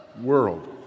world